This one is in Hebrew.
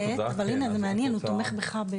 הוא תומך בך,